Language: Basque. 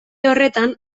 horretan